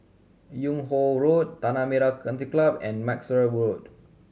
Yung Ho Road Tanah Merah Country Club and Maxwell Road